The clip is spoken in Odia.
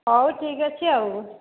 ହଉ ଠିକ୍ ଅଛି ଆଉ